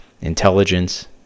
intelligence